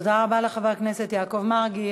תודה רבה לחבר הכנסת יעקב מרגי.